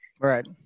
Right